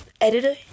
editor